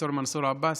ד"ר מנסור עבאס?